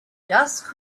dusk